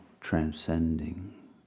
transcending